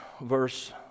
verse